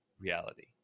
reality